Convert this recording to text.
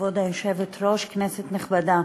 כבוד היושבת-ראש, כנסת נכבדה,